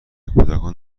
کودکان